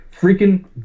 Freaking